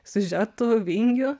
siužetų vingių